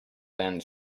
ends